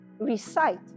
recite